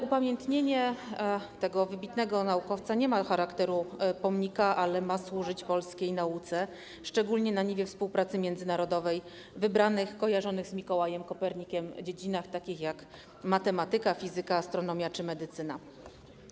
Upamiętnienie tego wybitnego naukowca nie ma charakteru pomnika, ale ma służyć polskiej nauce, szczególnie na niwie współpracy międzynarodowej, w wybranych, kojarzonych z Mikołajem Kopernikiem dziedzinach, takich jak: matematyka, fizyka, astronomia czy medycyna.